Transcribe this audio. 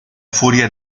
furia